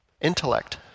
intellect